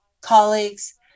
colleagues